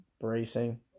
bracing